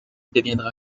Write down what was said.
deviendra